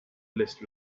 list